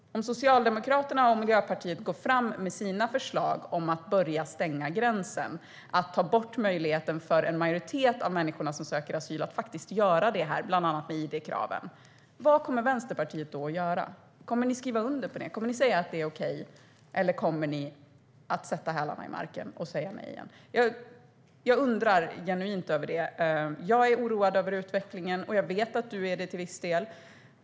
Om Socialdemokraterna och Miljöpartiet i nästa budget går fram med sina förslag om att börja stänga gränsen och ta bort möjligheten för en majoritet av människorna som söker asyl att faktiskt göra det här, bland annat med id-kraven, vad kommer Vänsterpartiet att göra? Kommer ni att skriva under på det? Kommer ni att säga att det är okej, eller kommer ni att sätta hälarna i marken och säga nej igen? Jag undrar genuint över detta. Jag är oroad över utvecklingen, och jag vet att du är det till viss del, Christina Höj Larsen.